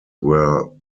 were